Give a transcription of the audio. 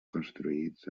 construïts